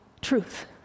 truth